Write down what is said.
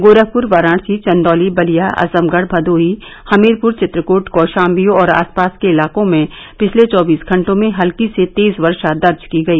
गोरखपुर वाराणसी चंदौली बलिया आजमगढ़ भदोही हमीरपुर चित्रकूट कौशाम्बी और आसपास के इलाकों में पिछले चौबीस घंटों में हत्की से तेज वर्षा दर्ज की गई